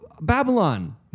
Babylon